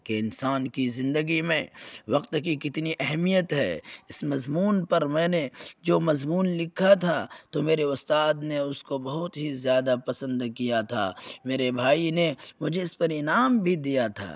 کہ انسان کی زندگی میں وقت کی کتنی اہمیت ہے اس مضمون پر میں نے جو مضمون لکھا تھا تو میرے استاد نے اس کو بہت ہی زیادہ پسند کیا تھا میرے بھائی نے مجھے اس پر انعام بھی دیا تھا